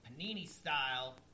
panini-style